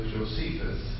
Josephus